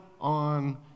on